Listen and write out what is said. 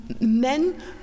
men